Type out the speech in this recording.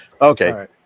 Okay